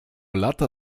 lata